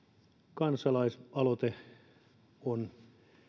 kansalaisaloite on